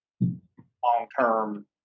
long-term